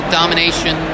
domination